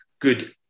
good